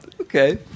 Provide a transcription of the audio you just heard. okay